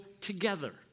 together